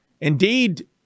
Indeed